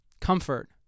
Comfort